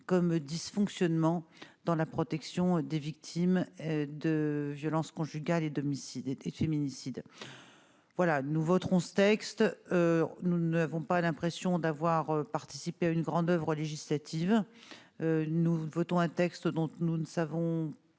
comme dysfonctionnement dans la protection des victimes de violences conjugales et d'homicides et féminicides voilà nous voterons ce texte nous n'avons pas l'impression d'avoir participé à une grande oeuvre législative, nous votons un texte, donc nous ne savons